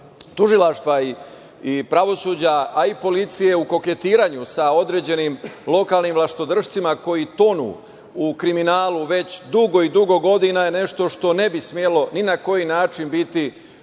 tužilaštva i pravosuđa, a i policije u koketiranju sa određenim lokalnim vlastodršcima koji tonu u kriminalu već dugo i dugo godina je nešto što ne bi smelo ni na koji način biti